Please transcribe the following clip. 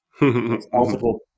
multiple